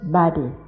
body